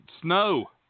Snow